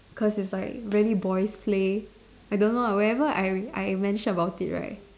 cause it's like very boys play I don't know ah whenever I I mention about it right